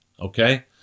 okay